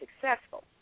successful